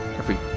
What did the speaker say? every